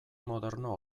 moderno